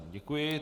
Děkuji.